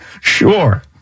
Sure